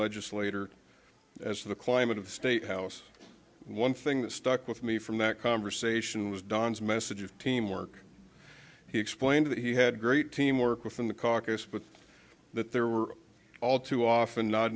legislator as the climate of the state house one thing that stuck with me from that conversation was don's message of teamwork he explained that he had great teamwork within the caucus but that there were all too often not